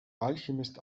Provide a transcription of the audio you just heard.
alchemist